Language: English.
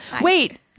Wait